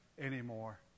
anymore